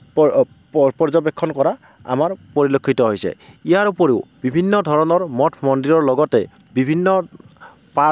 পৰ্যবেক্ষণ কৰা আমাৰ পৰিলক্ষিত হৈছে ইয়াৰ উপৰিও বিভিন্ন ধৰণৰ মঠ মন্দিৰৰ লগতে বিভিন্ন পাৰ্ক